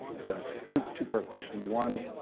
so, two two part question. one,